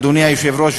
אדוני היושב-ראש,